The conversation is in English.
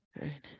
right